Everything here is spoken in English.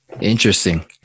Interesting